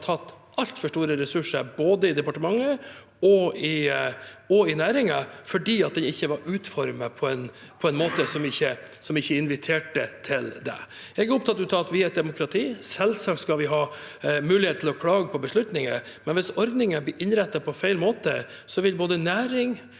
som har tatt altfor store ressurser både i departementet og i næringen, fordi de ikke var utformet på en måte som ikke inviterte til det. Jeg er opptatt av at vi er et demokrati. Selvsagt skal vi ha mulighet til å klage på beslutninger, men hvis ordninger blir innrettet på feil måte, vil både næring og